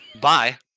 Bye